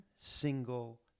single